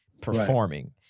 performing